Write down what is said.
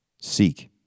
Seek